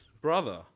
brother